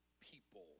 people